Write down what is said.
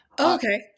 Okay